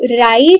right